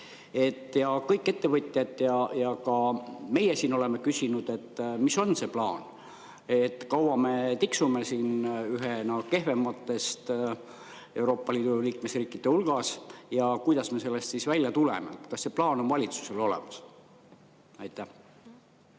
Kõik ettevõtjad ja ka meie siin oleme küsinud, et mis on see plaan. Kaua me tiksume siin ühena kehvematest Euroopa Liidu liikmesriikide hulgas ja kuidas me sellest välja tuleme? Kas see plaan on valitsusel olemas? Tänan,